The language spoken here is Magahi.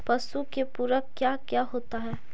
पशु के पुरक क्या क्या होता हो?